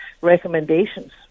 recommendations